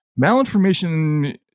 Malinformation